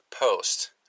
Post